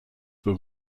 were